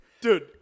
Dude